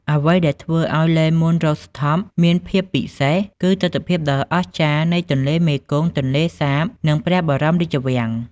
អ្វីដែលធ្វើឱ្យ លេ មូន រូហ្វថប (Le Moon Rooftop) មានភាពពិសេស គឺទិដ្ឋភាពដ៏អស្ចារ្យនៃទន្លេមេគង្គ ទន្លេសាប និងព្រះបរមរាជវាំង។